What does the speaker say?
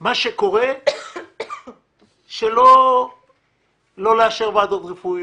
כמו לא לאשר ועדות רפואיות.